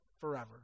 forever